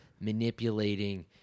manipulating